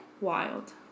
Wild